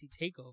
TakeOver